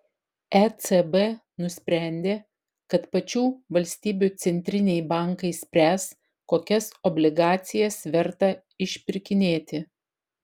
ecb nusprendė kad pačių valstybių centriniai bankai spręs kokias obligacijas verta išpirkinėti